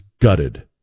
gutted